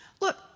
Look